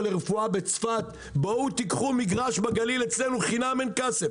לרפואה בצפת בואו תיקחו אצלנו מגרש בגליל חינם אין כסף,